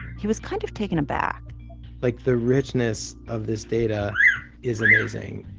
he was kind of taken aback like, the richness of this data is amazing.